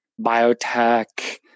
biotech